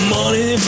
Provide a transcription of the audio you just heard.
Money